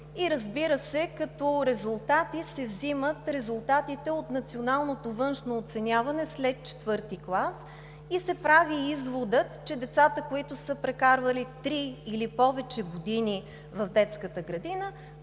Разбира се, взимат се и резултатите от националното външно оценяване след четвърти клас и се прави изводът, че децата, които са прекарали три или повече години в детската градина,